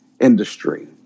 industry